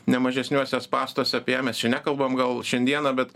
ne mažesniuose spąstuose apie ją mes čia nekalbam gal šiandieną bet